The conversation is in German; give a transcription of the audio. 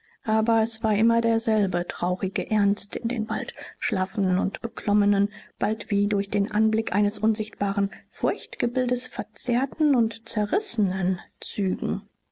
aber es war immer derselbe traurige ernst in den bald schlaffen und beklommenen bald wie durch den anblick eines unsichtbaren furchtgebildes verzerrten und zerrissenen zügen